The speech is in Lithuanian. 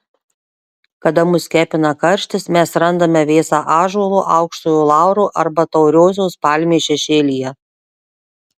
kada mus kepina karštis mes randame vėsą ąžuolo aukštojo lauro arba tauriosios palmės šešėlyje